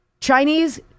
Chinese